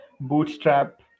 bootstrap